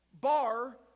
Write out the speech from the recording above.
Bar